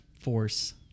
force